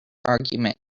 argument